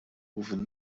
hoeven